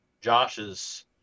Josh's